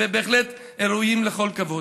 ובהחלט ראויים לכל כבוד.